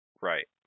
Right